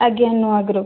ଆଜ୍ଞା ନୂଆଁ ଗୃପ୍